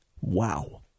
Wow